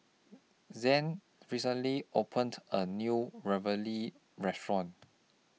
Zed recently opened A New Ravioli Restaurant